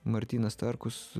martynas starkus